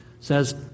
says